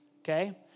okay